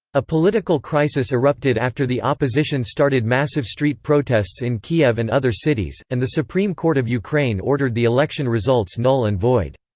a political crisis erupted after the opposition started massive street protests in kiev and other cities, and the supreme court of ukraine ordered the election results null and void.